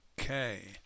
Okay